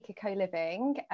Co-Living